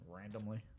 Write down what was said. Randomly